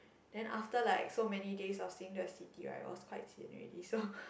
then after like so many days of seeing the city right it was quite sian already so